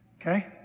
Okay